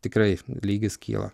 tikrai lygis kyla